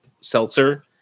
seltzer